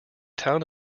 town